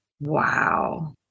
Wow